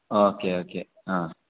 okay okay uh